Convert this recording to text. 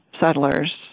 settlers